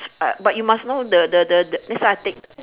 uh but you must know the the the the this type of thing